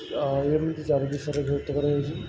ଆ ଏମତି ଚାରି ଭାଗରେ ବିଭକ୍ତ କରାଯାଇଛି